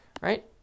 right